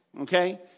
okay